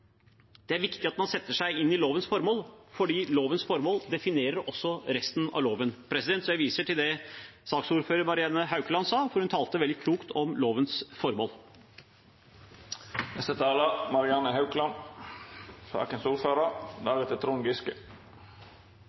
lovens formål definerer også resten av loven. Så jeg viser til det saksordfører Marianne Haukland sa, for hun talte veldig klokt om lovens formål.